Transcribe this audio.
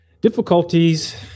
difficulties